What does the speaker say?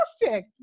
fantastic